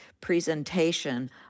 presentation